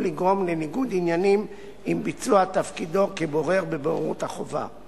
לגרום לניגוד עניינים עם ביצוע תפקידו כבורר בבוררות החובה.